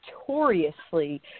notoriously